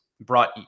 Brought